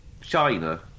China